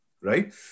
right